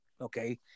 okay